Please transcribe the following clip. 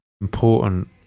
important